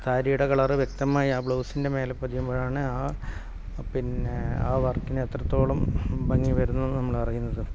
സാരിയുടെ കളർ വ്യക്തമായി ആ ബ്ലൗസിൻ്റെ മേലെ പതിയുമ്പോഴാണ് ആ പിന്നെ ആ വർക്കിന് എത്രത്തോളം ഭംഗി വരുന്നുവെന്ന് നമ്മളറിയുന്നത്